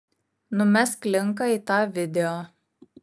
numesk linką į tą video